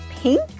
pink